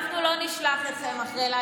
אחרי לילה כזה אנחנו לא נשלח אתכם במתח,